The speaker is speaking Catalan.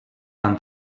amb